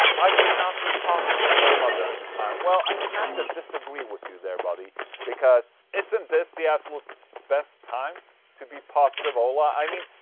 i should not be positive ola during this time well, i kind of disagree with you there buddy because. isn't this the absolute best time to be positive ola? i mean.